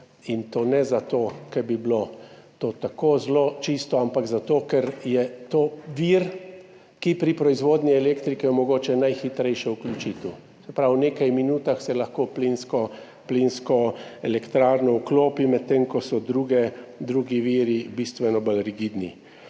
in to ne zato, ker bi bilo to tako zelo čisto, ampak zato, ker je to vir, ki pri proizvodnji elektrike omogoča najhitrejšo vključitev, se pravi v nekaj minutah se lahko vklopi plinsko elektrarno, medtem ko drugi viri bistveno bolj rigidni.